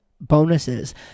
bonuses